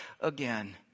again